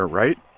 right